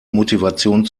motivation